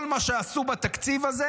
כל מה שעשו בתקציב הזה,